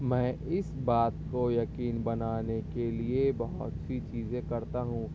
میں اس بات کو یقین بنانے کے لیے بہت سی چیزیں کرتا ہوں